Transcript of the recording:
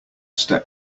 step